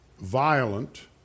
violent